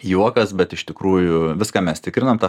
juokas bet iš tikrųjų viską mes tikrinam tą